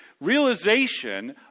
realization